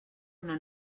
una